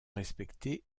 respecté